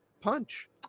punch